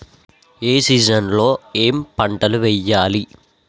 ఏ season లో ఏం పంటలు వెయ్యాలి?